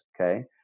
okay